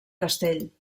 castell